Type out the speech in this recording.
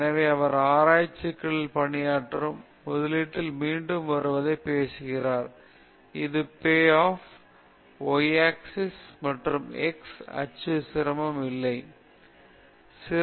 எனவே அவர் ஆராய்ச்சி சிக்கலில் பணியாற்றும் முதலீட்டில் மீண்டும் வருவதைப் பற்றி பேசுகிறார் இது payoff y axis மற்றும் x அச்சு சிரமம் நிலை